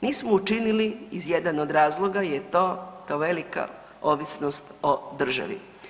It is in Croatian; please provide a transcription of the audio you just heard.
Nismo učinili i jedan od razloga je to ta velika ovisnost o državi.